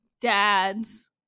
dads